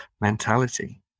mentality